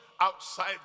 outside